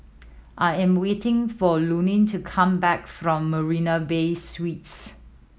I am waiting for Lurline to come back from Marina Bay Suites